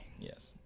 yes